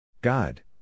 God